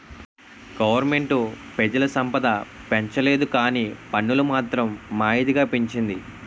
government పెజల సంపద పెంచలేదుకానీ పన్నులు మాత్రం మా ఇదిగా పెంచింది